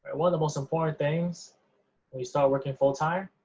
and one of the most important things when you start working full-time,